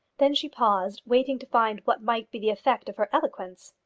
then she paused, waiting to find what might be the effect of her eloquence.